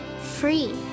free